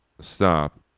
stop